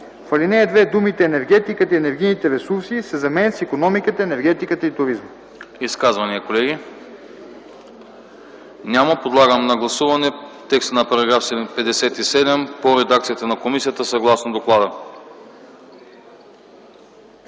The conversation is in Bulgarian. В ал. 2 думите “енергетиката и енергийните ресурси” се заменят с “икономиката, енергетиката и туризма”.